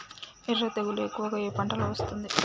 ఎర్ర తెగులు ఎక్కువగా ఏ పంటలో వస్తుంది?